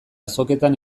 azoketan